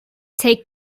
take